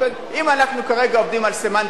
אם אנחנו כרגע עובדים על סמנטיקה,